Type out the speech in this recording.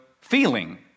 feeling